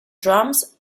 drums